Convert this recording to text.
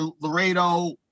Laredo